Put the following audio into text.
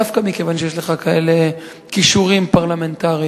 דווקא מכיוון שיש לך כאלה כישורים פרלמנטריים.